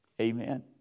Amen